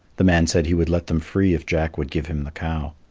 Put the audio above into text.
the man said he would let them free if jack would give him the cow.